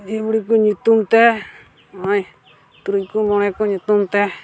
ᱢᱟᱺᱡᱷᱤ ᱵᱩᱲᱦᱤ ᱠᱚ ᱧᱩᱛᱩᱢᱛᱮ ᱱᱚᱜᱼᱚᱭ ᱛᱩᱨᱩᱭ ᱠᱚ ᱢᱚᱬᱮ ᱠᱚ ᱧᱩᱛᱩᱢ ᱛᱮ